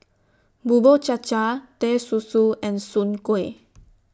Bubur Cha Cha Teh Susu and Soon Kueh